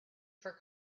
for